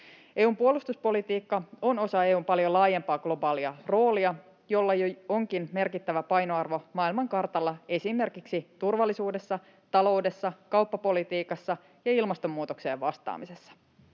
puolustuspolitiikka on osa EU:n paljon laajempaa globaalia roolia, jolla onkin merkittävä painoarvo maailmankartalla esimerkiksi turvallisuudessa, taloudessa, kauppapolitiikassa ja ilmastonmuutokseen vastaamisessa.